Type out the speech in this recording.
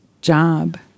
job